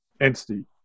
entity